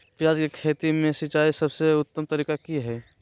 प्याज के खेती में सिंचाई के सबसे उत्तम तरीका की है?